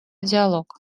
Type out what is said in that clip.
диалог